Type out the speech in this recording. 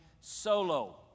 solo